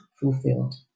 fulfilled